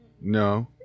No